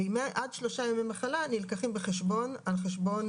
עד שלושה ימי מחלה נלקחים בחשבון על חשבון